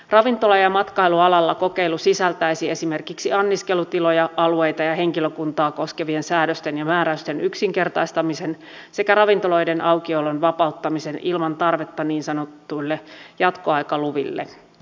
ravintola ja matkailualalla kokeilu sisältäisi esimerkiksi anniskelutiloja alueita ja henkilökuntaa koskevien säädösten ja määräysten yksinkertaistamisen sekä ravintoloiden aukiolon vapauttamisen ilman tarvetta niin sanotuille jatkoaikaluville